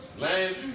Man